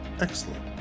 Excellent